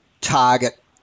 target